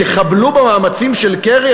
תחבלו במאמצים של קרי?